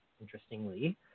interestingly